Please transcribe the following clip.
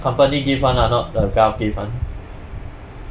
company give one lah not the gov give one